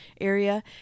area